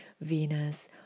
Venus